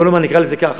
בוא נאמר, נקרא לזה ככה: